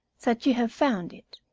that you have found it.